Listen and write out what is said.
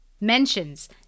mentions